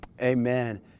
Amen